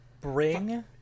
Bring